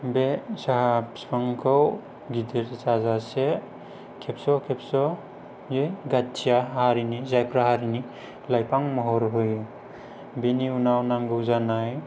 बे साहा बिफांखौ गिदिर जाजासे खेबस' खेबस' बियो गाथिया हारिनि जायफ्रा हारिनि लाइफां महर होयो बेनि उनाव नांगौ जानाय